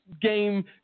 game